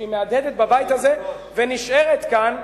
שהיא מהדהדת בבית הזה ונשארת כאן,